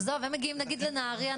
הם מגיעים נגיד לנהריה,